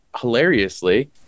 hilariously